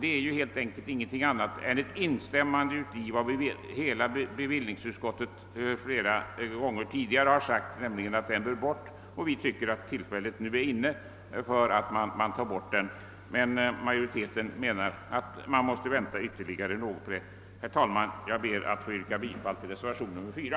Det innebär helt enkelt inte något annat än ett instämmande i vad hela bevillningsutskottet flera gånger tidigare har sagt, nämligen att dessa skatter bör bort. Vi tycker att tillfället nu är inne för att ta bort dessa skatter. Men majoriteten menar att man måste vänta ytterligare med det. Jag ber att få yrka bifall till reservationen 4.